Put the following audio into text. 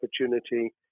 opportunity